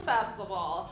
Festival